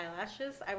eyelashes